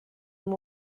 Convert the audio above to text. mots